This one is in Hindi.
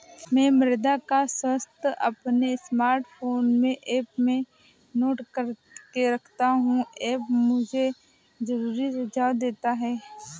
मैं मृदा का स्वास्थ्य अपने स्मार्टफोन में ऐप में नोट करके रखता हूं ऐप मुझे जरूरी सुझाव देता है